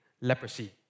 leprosy